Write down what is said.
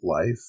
life